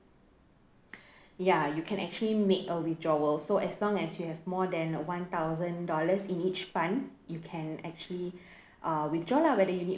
ya you can actually make a withdrawal so as long as you have more than one thousand dollars in each fund you can actually uh withdraw lah whether you need